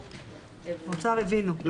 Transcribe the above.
באוצר הבינו?